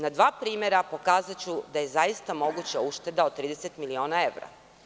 Na dva primera pokazaću da je zaista moguća ušteda od 30 miliona evra.